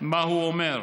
מה הוא אומר.